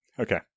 Okay